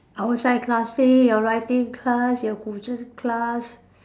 outside class your writing class your Guzheng class